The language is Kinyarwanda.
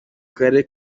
karere